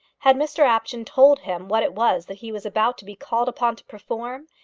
had mr apjohn told him what it was that he was about to be called upon to perform,